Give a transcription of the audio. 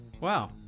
Wow